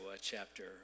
chapter